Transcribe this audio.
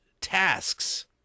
tasks